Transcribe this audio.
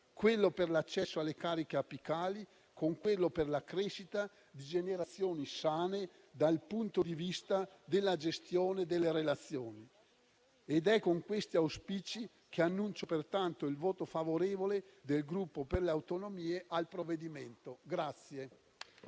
quello per l'accesso alle cariche apicali con quello per la crescita di generazioni sane dal punto di vista della gestione delle relazioni. È con questi auspici che annuncio, pertanto, il voto favorevole del Gruppo per le Autonomie al provvedimento in